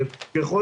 ככל